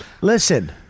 Listen